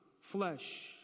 flesh